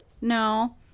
No